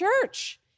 church